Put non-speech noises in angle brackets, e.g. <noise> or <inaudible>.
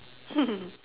<laughs>